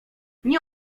nie